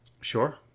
Sure